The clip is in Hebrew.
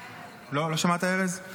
לא, לא שמעת, ארז?